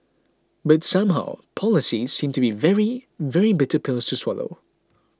but somehow policies seem to be very very bitter pills to swallow